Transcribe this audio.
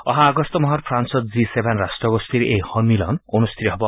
অহা আগষ্ট মাহত ফ্ৰান্সত জি ছেভেন ৰাষ্ট্ৰগোষ্ঠীৰ এই সন্মিলন অনুষ্ঠিত হ'ব